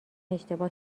اشتباه